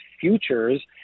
futures